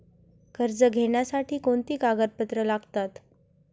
कर्ज घेण्यासाठी कोणती कागदपत्रे लागतात?